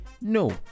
No